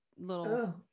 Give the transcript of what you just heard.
little